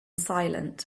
silent